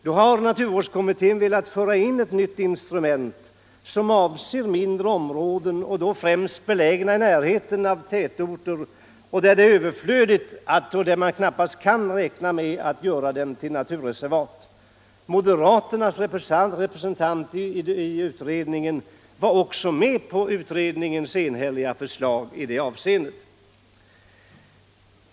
Då har vi velat föra in ett nytt instrument som avser mindre områden, då främst belägna i närheten av tätorter där det är överflödigt och knappast möjligt att göra dem till naturreservat. Moderaternas representant i utredningen var också med på utredningens enhälliga förslag i det avseendet.